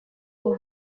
ubu